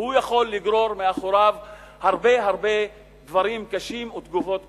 והוא יכול לגרור אחריו הרבה הרבה דברים קשים ותגובות קשות.